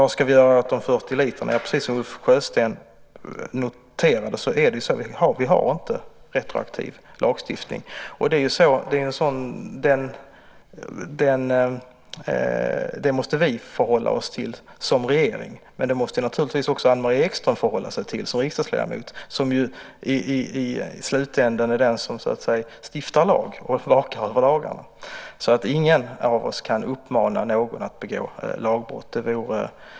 Vad ska vi göra åt dessa 40 liter? Precis som Ulf Sjösten noterade har vi inte retroaktiv lagstiftning. Det måste vi förhålla oss till som regering. Men det måste naturligtvis också Anne-Marie Ekström som riksdagsledamot förhålla sig till som i slutändan är den som stiftar lag och vakar över lagarna. Ingen av oss kan därför uppmana någon att begå lagbrott.